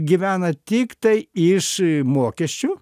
gyvena tiktai iš mokesčių